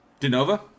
Denova